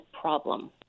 problem